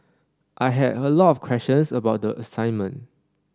I had a lot of questions about the assignment